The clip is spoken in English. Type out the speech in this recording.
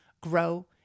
grow